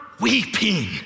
weeping